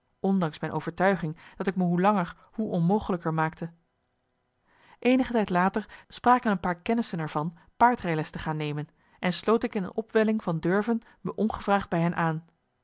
ondanks mijn overtuiging dat ik me hoe langer hoe onmogelijker maakte eenige tijd later spraken een paar kennissen er van paardrijles te gaan nemen en sloot ik in een opwelling van durven me ongevraagd bij hen aan